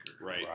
Right